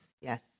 yes